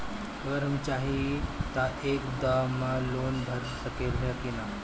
अगर हम चाहि त एक दा मे लोन भरा सकले की ना?